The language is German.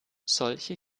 solche